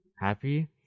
happy